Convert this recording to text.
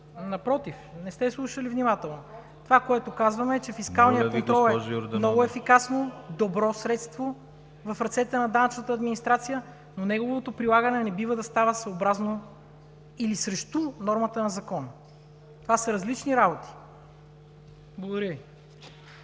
Йорданова! ДИМИТЪР ДАНЧЕВ: Това, което казвам, е, че фискалният контрол е много ефикасно, добро средство в ръцете на данъчната администрация, но неговото прилагане не бива да става съобразно или срещу нормата на закона. Това са различни работи! Благодаря Ви.